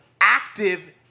active